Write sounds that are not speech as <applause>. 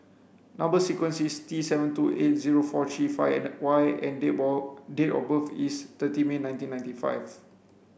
number sequence is T seven two eight zero four three five Y and <unintelligible> date of birth is thirty May nineteen ninety five